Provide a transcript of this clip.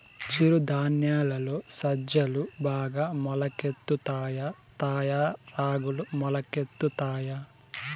చిరు ధాన్యాలలో సజ్జలు బాగా మొలకెత్తుతాయా తాయా రాగులు మొలకెత్తుతాయా